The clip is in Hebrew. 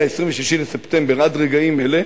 מ-26 בספטמבר עד רגעים אלה,